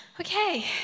Okay